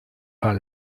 how